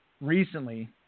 recently